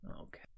Okay